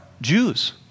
Jews